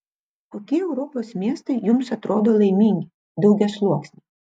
kokie europos miestai jums atrodo laimingi daugiasluoksniai